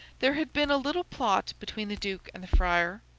there had been a little plot between the duke and the friar,